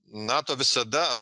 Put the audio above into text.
nato visada